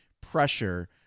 pressure